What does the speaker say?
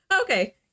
Okay